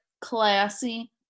classy